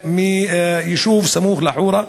מיישוב סמוך לחורה.